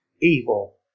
Evil